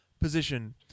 Position